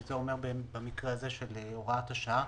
שזה אומר במקרה של הוראת השעה,